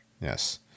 Yes